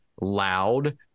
loud